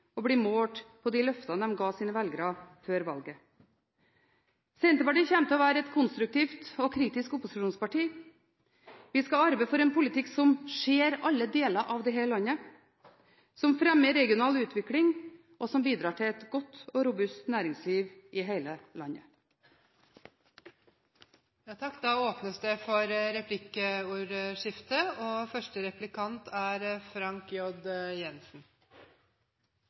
bli målt på de løftene de ga til sine velgere før valget. Senterpartiet kommer til å være et konstruktivt og kritisk opposisjonsparti. Vi skal arbeide for en politikk som ser alle deler av dette landet, som fremmer regional utvikling, og som bidrar til et godt og robust næringsliv i hele